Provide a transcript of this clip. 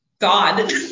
God